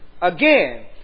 Again